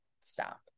stop